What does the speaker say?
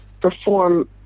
perform